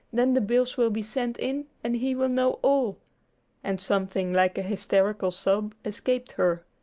then the bills will be sent in, and he will know all and something like a hysterical sob escaped her.